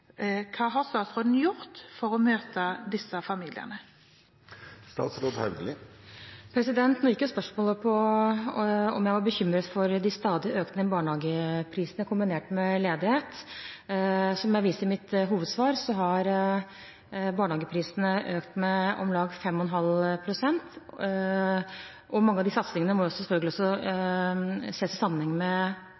Hva har statsråden gjort for å møte disse familiene? Spørsmålet gikk jo på om jeg var bekymret for de stadig økende barnehageprisene kombinert med ledighet. Som jeg viste til i mitt hovedsvar, har barnehageprisene økt med om lag 5,5 pst. Mange av satsingene må selvfølgelig også